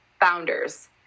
founders